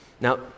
Now